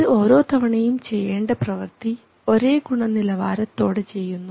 ഇത് ഓരോ തവണയും ചെയ്യേണ്ട പ്രവർത്തി ഒരേ ഗുണനിലവാരതോടെ ചെയ്യുന്നു